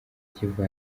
kivu